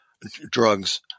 drugs